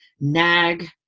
nag